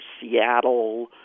Seattle